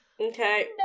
Okay